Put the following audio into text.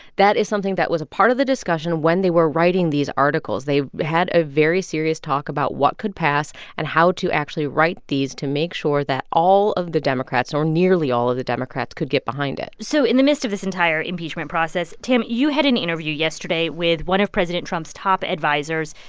that is something that was a part of the discussion when they were writing these articles. they had a very serious talk about what could pass and how to actually write these to make sure that all of the democrats or nearly all of the democrats could get behind it so in the midst of this entire impeachment process, tam, you had an interview yesterday with one of president trump's top advisers,